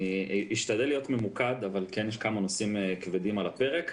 אני אשתדל להיות ממוקד אבל כן יש כמה נושאים כבדים על הפרק.